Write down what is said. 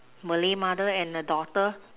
Malay mother and a daughter